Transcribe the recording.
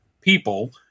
people